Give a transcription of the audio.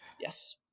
Yes